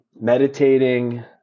meditating